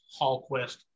Hallquist